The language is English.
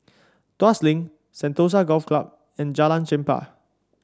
Tuas Link Sentosa Golf Club and Jalan Chempah